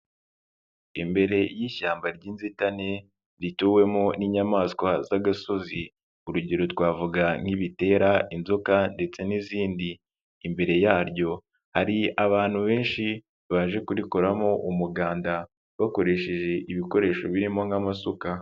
Imbere y'ishyamba ry'inzitane rituwemo n'inyamaswa z'agasozi, urugero twavuga nk'ibitera, inzoka ndetse n'izindi, imbere yaryo hari abantu benshi baje kurikoramo umuganda, bakoresheje ibikoresho birimo nk'amasuka.